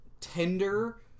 tender